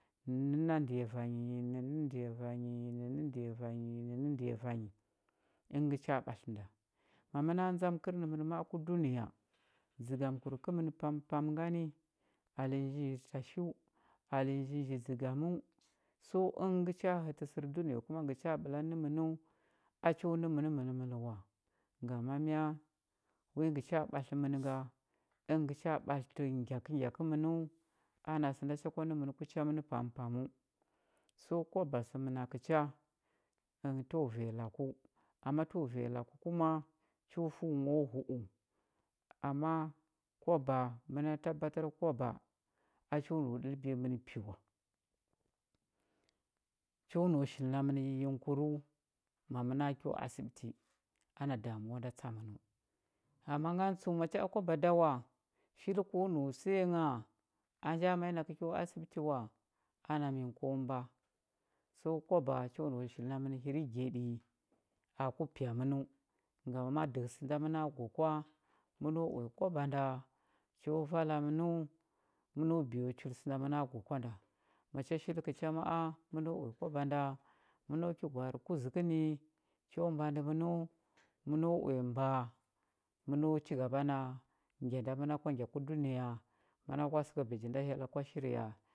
Nənna ndiya vanyi nəna ndiya vanyi nəna ndiya vanyi nəna ndiya vanyi əngə cha ɓatlətə nda ma məna ndzam kərnəmən ma a ku dunəya dzəgamkur kəmən pampam ngani alenya nji tashiu alenya nji dzəgaməu so əngə ngə cha hətə sər dunəya kuma ngə ɓəla nə mənəu a cho nə mən məlməl wa ngama mya wi ngə cha ɓatlətə mən nga əngə ngə cha ɓatlətə ngyakəngya kəmənəu ana sə nda cha kwa nə ən ku cha mən pampam so kwaba sə ənakə ha tluwa vanya laku ama təwa vanya laku kuma ho fəu mo hu u ama kwaba məna tabbatar kwaba a cho nau ɗulbiya mə pi wa cho nau shili na mən yiyingkuru ma məna kyo asiɓiti ana damuwa nda tsa mən ama ngan tsəu macha kwaba da wa ma shilika səya ngha ma a nja ma i na kə kyo asiɓiti a ana mi ko mbəa so kwaba cho nau shili namən hirgyaɗi ku pya mənəu ngama dəhə sə nda məna gwa kwa məno uya kwaba nda cho vala mənəu məno biyo chul sə da məna gwa kwa nda macha shilkə cha ma a məno uya kwaba nda məno ki gwa arə kuzəkə ni cho mbandə mənəu məno uya mbəa məno chigaba na ngya nda məna kwa ngya ku dunəya məna kwa səkə bəji nda hyella kwa shirya,